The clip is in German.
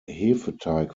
hefeteig